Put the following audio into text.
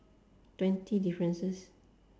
twenty differences